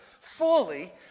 fully